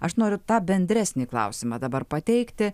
aš noriu tą bendresnį klausimą dabar pateikti